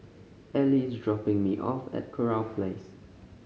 Eli is dropping me off at Kurau Place